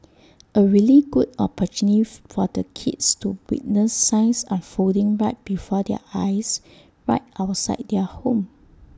A really good opportunity for the kids to witness science unfolding right before their eyes right outside their home